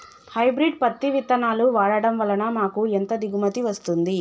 Hybrid పత్తి విత్తనాలు వాడడం వలన మాకు ఎంత దిగుమతి వస్తుంది?